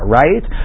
right